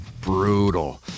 brutal